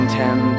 ten